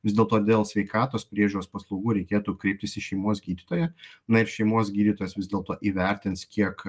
vis dėlto dėl sveikatos priežiūros paslaugų reikėtų kreiptis į šeimos gydytoją na ir šeimos gydytojas vis dėlto įvertins kiek